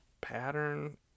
pattern